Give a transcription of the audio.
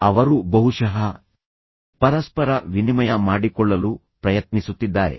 ಅವರು ಬಹುಶಃ ಪರಸ್ಪರ ವಿನಿಮಯ ಮಾಡಿಕೊಳ್ಳಲು ಪ್ರಯತ್ನಿಸುತ್ತಿದ್ದಾರೆ